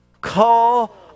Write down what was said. Call